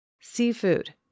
Seafood